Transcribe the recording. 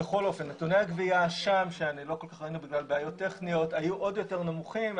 בכל אופן נתוני הגבייה שם היו עוד יותר נמוכים.